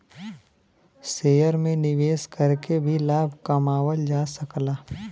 share में निवेश करके भी लाभ कमावल जा सकला